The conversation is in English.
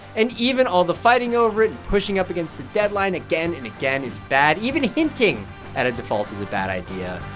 and even all the fighting over it and pushing up against the deadline again and again is bad. even hinting at a default is a bad idea.